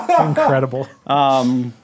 Incredible